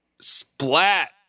splat